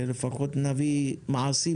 אני אשוב לאחר מכן.